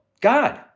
God